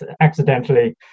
accidentally